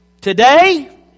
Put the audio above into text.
Today